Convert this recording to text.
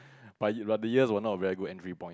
but but the ears were not a very good entry point